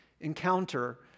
encounter